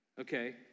Okay